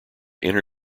inner